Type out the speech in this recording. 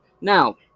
Now